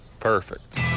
Perfect